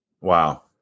wow